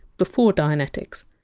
before dianetics.